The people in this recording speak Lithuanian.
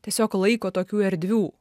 tiesiog laiko tokių erdvių